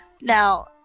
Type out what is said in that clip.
Now